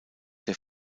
der